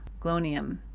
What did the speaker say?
glonium